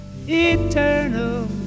eternal